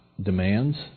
demands